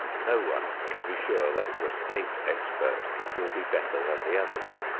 no one can be sure that the state expert will be better than the others.